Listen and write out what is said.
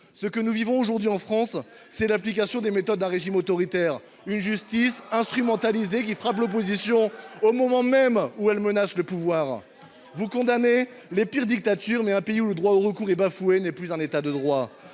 Ce que nous vivons aujourd’hui en France, c’est l’application des méthodes d’un régime autoritaire : une justice instrumentalisée qui frappe l’opposition au moment même où cette dernière menace le pouvoir. Vous condamnez les pires dictatures, mais un pays où le droit au recours est bafoué n’est plus un État de droit.